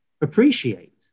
appreciate